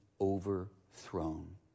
overthrown